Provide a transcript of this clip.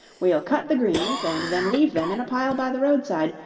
we'll cut the greens and then leave them in a pile by the roadside,